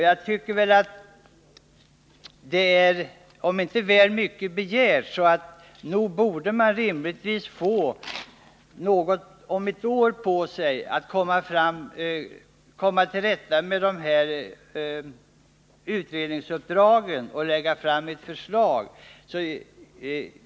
Jag tycker att dessa organ rimligtvis borde få ett år på sig för att avsluta utredningsuppdraget och lägga fram ett förslag.